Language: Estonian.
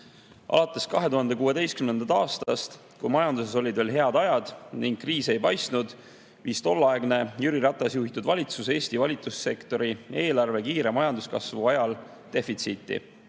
Alates 2016. aastast, kui majanduses olid veel head ajad ning kriisi ei paistnud, viis tolleaegne Jüri Ratase juhitud valitsus Eesti valitsussektori eelarve kiire majanduskasvu ajal defitsiiti. Ühe